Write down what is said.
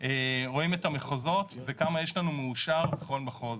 רואים את המחוזות וכמה יש לנו מאושר בכל מחוז,